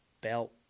belt